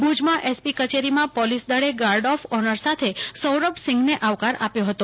ભુજમાં એસપી કચેરીમાં પોલીસ દળે ગાર્ડ ઓફ ઓનર સાથે સૌરભ સિંઘને આવકાર આપ્યો હતો